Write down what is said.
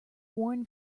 worn